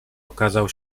ukazał